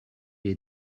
est